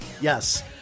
Yes